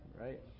Right